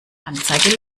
anzeige